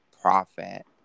profit